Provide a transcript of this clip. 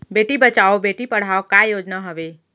बेटी बचाओ बेटी पढ़ाओ का योजना हवे?